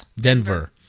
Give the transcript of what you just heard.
Denver